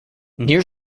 near